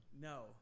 No